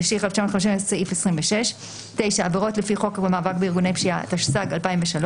התשי"ח-1958 - סעיף 26. עבירות לפי חוק מאבק בארגוני פשיעה התשס"ג-2003.